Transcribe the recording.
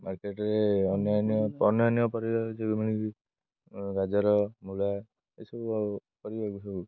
ମାର୍କେଟ୍ରେ ଅନ୍ୟାନ୍ୟ ଅନ୍ୟାନ୍ୟ ପରିବା ଯେଉଁ ମିଳେ କିି ଗାଜର ମୂଳା ଏସବୁ ପରିବା ସବୁ